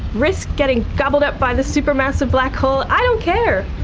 risk getting gobbled up by the supermassive black hole, i don't care,